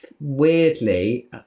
weirdly